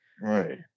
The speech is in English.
right